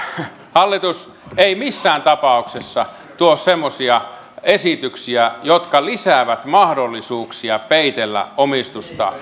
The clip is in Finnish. hallitus ei missään tapauksessa tuo semmoisia esityksiä jotka lisäävät mahdollisuuksia peitellä omistusta